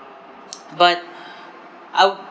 but I wou~